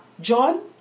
John